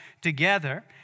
together